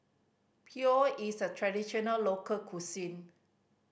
pho is a traditional local cuisine